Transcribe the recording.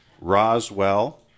Roswell